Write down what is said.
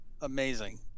Amazing